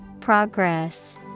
Progress